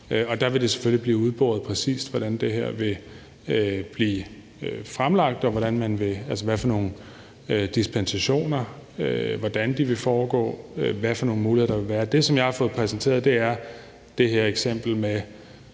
og der vil det selvfølgelig blive udboret, præcis hvordan det her vil give fremlagt, hvad for nogle dispensationer der vil være, og hvordan de vil foregå, og hvad for nogle muligheder der vil være. Det, som jeg har fået præsenteret, er det her eksempel med